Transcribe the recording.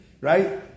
right